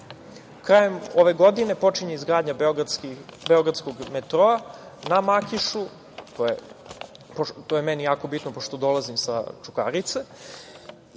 Krajem ove godine počinje izgradnja Beogradskog metroa na Makišu, to je meni jako bitno pošto dolazim sa Čukarice.